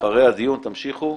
אחרי הדיון תמשיכו.